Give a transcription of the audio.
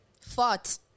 fought